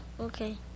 Okay